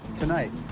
tonight.